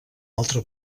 altre